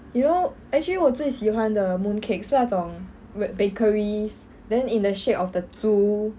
you know actually 我最喜欢的 mooncakes 是那种 weird bakeries then in the shape of the 猪